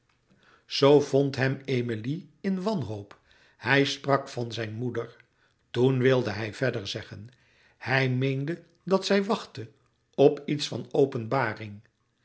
zoo vond hem emilie in wanhoop hij sprak van zijn moeder toen wilde hij verder zeggen hij meende dat zij wachtte op iets van openbaring